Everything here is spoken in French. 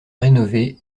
rénové